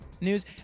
news